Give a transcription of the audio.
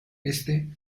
éste